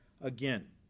again